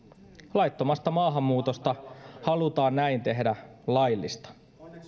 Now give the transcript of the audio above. laittomasta maahanmuutosta halutaan näin tehdä laillista